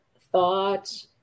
thought